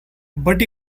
but